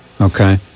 okay